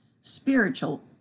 Spiritual